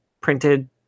printed